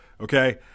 Okay